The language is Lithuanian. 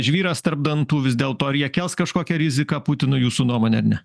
žvyras tarp dantų vis dėl to ar jie kels kažkokią riziką putinui jūsų nuomone ar ne